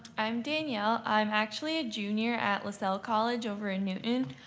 i'm danielle. i'm actually a junior at lasalle college over in newton.